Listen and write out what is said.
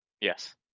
Yes